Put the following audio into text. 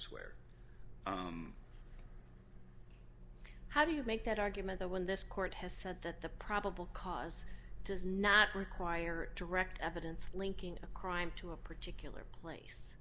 elsewhere how do you make that argument when this court has said that the probable cause does not require direct evidence linking a crime to a particular place